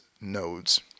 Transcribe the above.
nodes